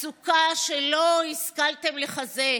הסוכה שלא השכלתם לחזק.